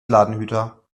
ladenhüter